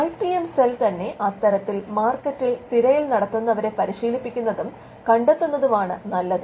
IPM cell തന്നെ അത്തരത്തിൽ മാർക്കറ്റിൽ തിരയൽ നടത്തുന്നവരെ പരിശീലിപ്പിക്കുന്നതും കണ്ടെത്തുന്നതുമാണ് നല്ലത്